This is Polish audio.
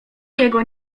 jego